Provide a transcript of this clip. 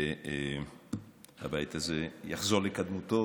ושהבית הזה יחזור לקדמותו